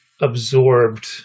absorbed